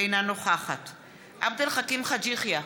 אינה נוכחת עבד אל חכים חאג' יחיא,